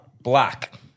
black